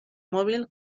móvil